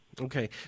Okay